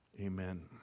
Amen